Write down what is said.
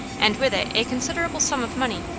and with it a considerable sum of money.